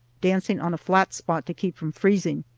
dancing on a flat spot to keep from freezing,